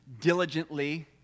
diligently